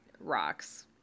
rocks